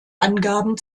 angaben